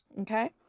Okay